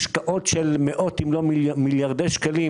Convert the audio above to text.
אחרת השקעות של מאות אם לא מיליארדי שקלים